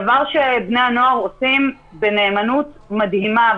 דבר שבני הנוער עושים בנאמנות מדהימה,